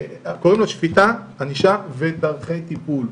שפיטה, ענישה ודרכי טיפול.